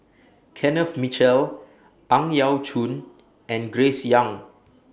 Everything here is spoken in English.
Kenneth Mitchell Ang Yau Choon and Grace Young